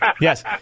Yes